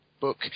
book